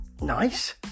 nice